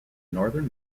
northern